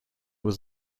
was